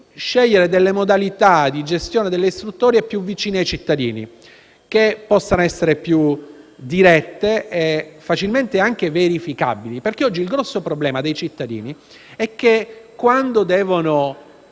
scegliere modalità di gestione delle istruttorie più vicine ai cittadini, che possano essere più dirette e facilmente verificabili. Infatti, oggi il grosso problema dei cittadini è che quando vogliono